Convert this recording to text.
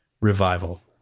revival